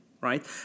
right